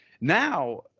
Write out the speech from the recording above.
now